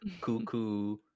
cuckoo